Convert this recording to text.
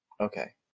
Okay